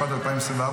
התשפ"ד 2024,